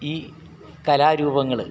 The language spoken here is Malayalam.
ഈ കലാരൂപങ്ങൾ